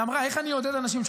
ואמרה: איך אני אעודד אנשים?